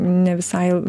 ne visai